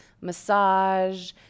massage